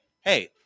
hey